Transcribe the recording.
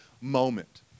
moment